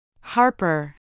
Harper